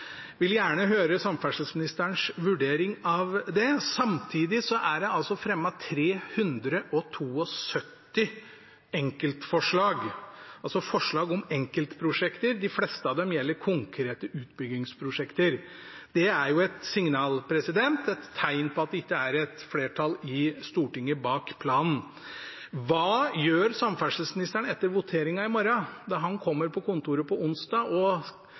vil gjerne høre samferdselsministerens vurdering av det. Samtidig er det altså fremmet 372 enkeltforslag, altså forslag om enkeltprosjekter. De fleste av dem gjelder konkrete utbyggingsprosjekter. Det er jo et signal, et tegn på at det ikke er et flertall i Stortinget bak planen. Hva gjør samferdselsministeren etter voteringen i morgen, når han kommer på kontoret på onsdag og